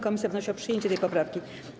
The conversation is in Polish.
Komisja wnosi o przyjęcie tej poprawki.